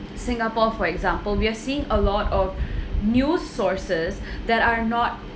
singapore for example we are seeing a lot of new sources that are not